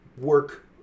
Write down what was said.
work